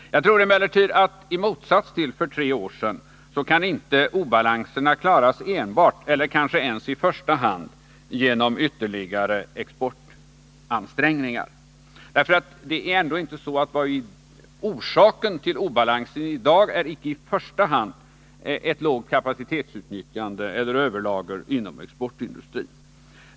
Jag tror emellertid att i motsats till för tre år sedan kan inte obalanserna klaras enbart eller ens i första hand genom ytterligare exportansträngningar. Orsaken till obalansen i dag är icke i första hand ett lågt kapacitetsutnyttjande eller överlager inom exportindustrin.